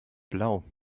blau